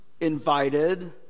invited